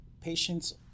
patients